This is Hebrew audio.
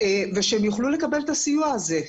ושהם יוכלו לקבל את הסיוע הזה.